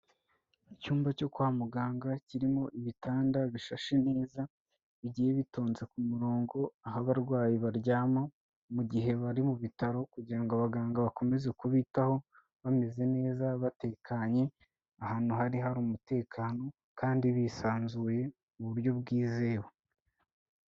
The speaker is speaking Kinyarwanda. Icyumba cyo kwa muganga kirimo ibitanda bishashe neza, bigiye bitonze ku murongo, aho abarwayi baryama mu gihe bari mu bitaro, kugira ngo abaganga bakomeze kubitaho bameze neza batekanye, ahantu bari hari umutekano kandi bisanzuye mu buryo bwizewe.